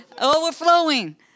Overflowing